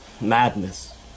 Madness